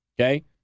Okay